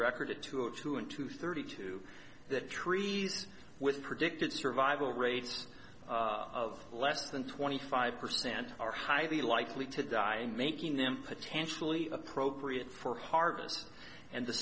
record it to a two and two thirty two that trees was predicted survival rates of less than twenty five percent are highly likely to die making them potentially appropriate for harvest and the